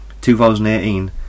2018